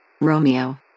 Romeo